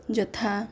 ଯଥା